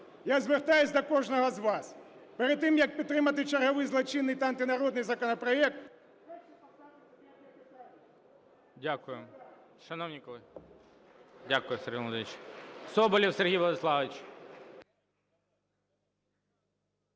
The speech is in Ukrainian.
Я звертаюсь до кожного з вас. Перед тим, як підтримати черговий злочинний та антинародний законопроект… ГОЛОВУЮЧИЙ. Дякую. Шановні колеги… Дякую, Сергій Володимирович. Соболєв Сергій Владиславович.